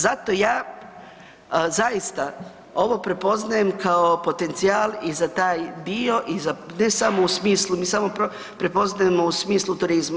Zato ja zaista ovo prepoznajem kao potencijal i za taj dio i za ne samo u smislu, mi samo prepoznajemo u smislu turizma.